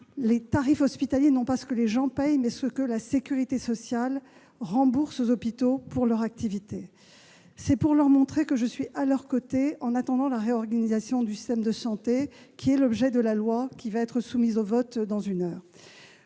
les tarifs hospitaliers, non pas ce que les gens payent, mais ce que la sécurité sociale rembourse aux hôpitaux pour leur activité. Je montre ainsi aux personnels que je suis à leurs côtés, en attendant la réorganisation du système de santé, objet de la loi qui va être soumise à votre vote tout